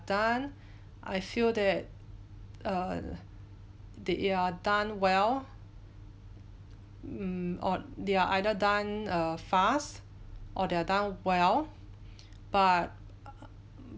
done I feel that err they ya done well mm or they are either done err fast or they're done well but